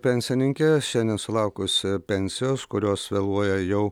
pensininkė šiandien sulaukus pensijos kurios vėluoja jau